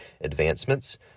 advancements